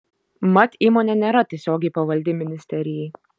mat įmonė nėra tiesiogiai pavaldi ministerijai